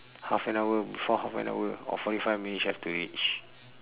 half an hour before half an hour or forty five minutes you have to reach